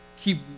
keep